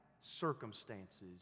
circumstances